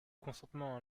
consentement